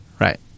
right